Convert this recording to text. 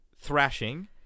thrashing